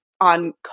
on